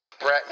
Brett